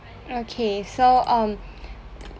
okay so um